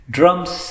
Drums